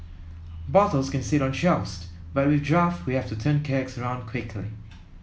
bottles can sit on shelves but with draft we have to turn kegs around quickly